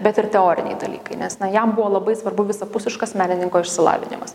bet ir teoriniai dalykai nes jam buvo labai svarbu visapusiškas menininko išsilavinimas